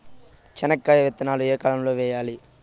చెనక్కాయ విత్తనాలు ఏ కాలం లో వేయాలి?